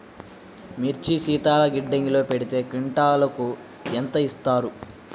మిర్చి శీతల గిడ్డంగిలో పెడితే క్వింటాలుకు ఎంత ఇస్తారు?